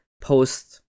post-